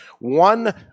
one